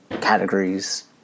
categories